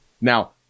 now